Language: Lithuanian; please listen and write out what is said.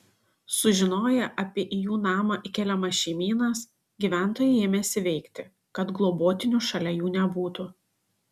sužinoję apie į jų namą įkeliamas šeimynas gyventojai ėmėsi veikti kad globotinių šalia jų nebūtų